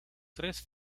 tres